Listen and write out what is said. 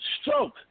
stroke